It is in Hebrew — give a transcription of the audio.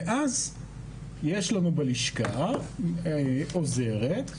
ואז יש לנו בלשכה עוזרת,